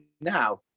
now